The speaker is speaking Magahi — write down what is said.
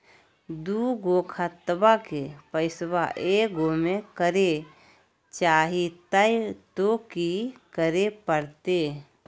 दू गो खतवा के पैसवा ए गो मे करे चाही हय तो कि करे परते?